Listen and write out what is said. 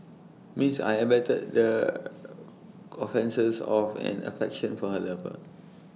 Miss I abetted the offences of an affection for her lover